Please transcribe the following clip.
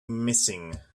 missing